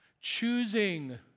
Choosing